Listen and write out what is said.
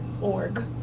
org